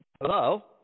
Hello